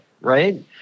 right